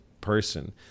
person